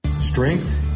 Strength